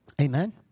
Amen